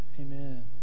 Amen